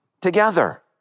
together